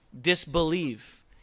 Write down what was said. disbelieve